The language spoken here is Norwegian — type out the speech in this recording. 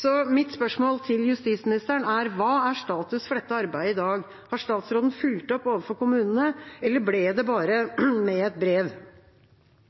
Så mitt spørsmål til justisministeren er: Hva er status for dette arbeidet i dag? Har statsråden fulgt opp overfor kommunene, eller ble det bare